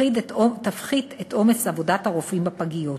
ותפחית את עומס עבודת הרופאים בפגיות.